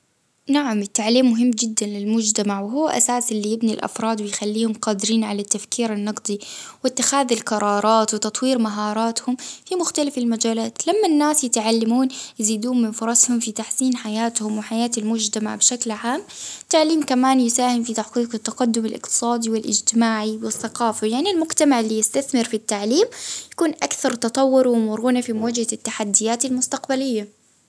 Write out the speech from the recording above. نعم التعليم مهم جدا للمجتمع وهو أساس اللي يبني الأفراد ويخليهم قادرين على تفكير النقدي، وإتخاذ القرارات وتطوير مهاراتهم في مختلف المجالات، لما الناس يتعلمون، يزيدون من فرصهم في تحسين حياتهم وحياة المجتمع بشكل عام، التعليم كمان يساهم في تحقيق التقدم الإقتصادي والإجتماعي والثقافة، يعني المجتمع يستثمر في التعليم تكون أكثر تطور ومرونة ،في مواجهة التحديات المستقبلية.